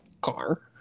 car